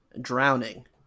drowning